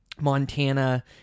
Montana